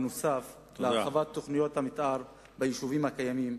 נוסף על הרחבת תוכניות המיתאר ביישובים הקיימים,